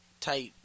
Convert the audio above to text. type